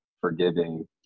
forgiving